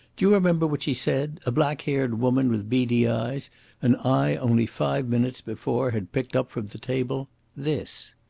do you remember what she said a black-haired woman with beady eyes and i only five minutes before had picked up from the table this.